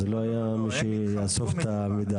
אז לא היה מי שיאסוף את המידע.